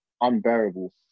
unbearable